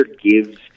gives